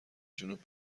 جنوب